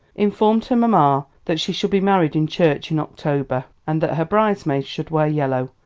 informed her mamma that she should be married in church in october, and that her bridesmaids should wear yellow.